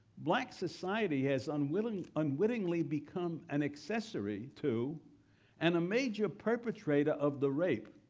black society has unwittingly unwittingly become an accessory to and a major perpetrator of the rape,